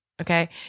Okay